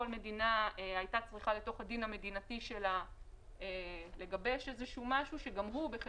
כל מדינה צריכה בתוך הדין המדינתי שלה לגבש איזה שהוא משהו,